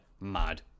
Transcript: mad